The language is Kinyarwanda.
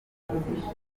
ishati